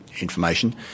information